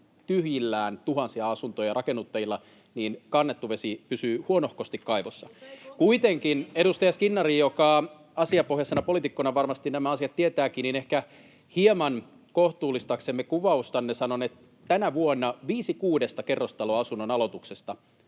tyhjillään tuhansia asuntoja, niin kannettu vesi pysyy huonohkosti kaivossa. Kuitenkin, edustaja Skinnari, joka asiapohjaisena poliitikkona varmasti nämä asiat tietääkin, ehkä hieman kohtuullistaaksemme kuvaustanne sanon, että tänä vuonna viisi kuudesta kerrostaloasunnon aloituksesta